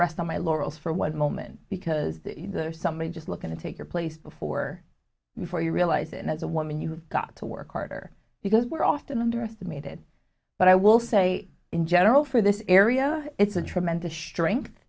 rest on my laurels for was a moment because somebody's just looking to take your place before before you realize it and as a woman you have got to work harder because we're often underestimated but i will say in general for this area it's a tremendous strength